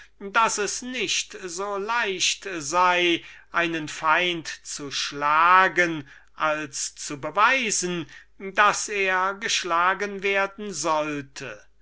daß es nicht so leicht sei einen feind zu schlagen als zu beweisen daß er geschlagen werden solle